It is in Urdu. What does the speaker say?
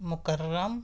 مکرم